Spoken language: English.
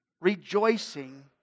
rejoicing